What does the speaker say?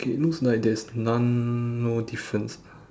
okay it looks like there's none no difference